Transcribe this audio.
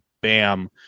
bam